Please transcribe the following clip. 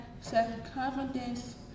self-confidence